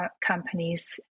companies